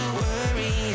worry